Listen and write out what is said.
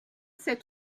sept